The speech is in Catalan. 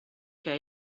que